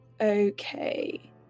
Okay